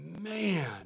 man